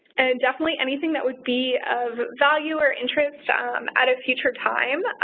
and definitely anything that would be of value or interest um at a future time.